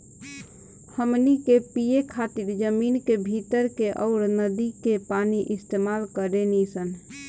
हमनी के पिए खातिर जमीन के भीतर के अउर नदी के पानी इस्तमाल करेनी सन